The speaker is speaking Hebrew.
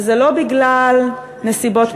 וזה לא בגלל נסיבות פסיכולוגיות,